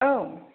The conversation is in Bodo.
औ